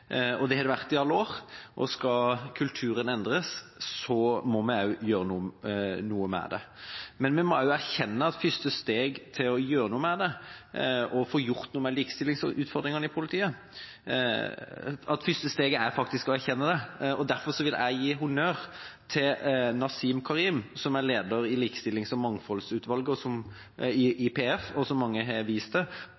og det har det vært i alle år. Skal kulturen endres, må vi gjøre noe med det. Men vi må også erkjenne at første steg til å gjøre noe med det og få gjort noe med likestillingsutfordringene i politiet faktisk er å erkjenne det. Derfor vil jeg gi honnør til Nasim Karim, som er leder for likestillings- og mangfoldsutvalget i PF, og som mange har vist til. Hun tok jo nettopp opp den utfordringa i